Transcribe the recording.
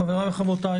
חבריי וחברותיי,